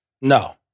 No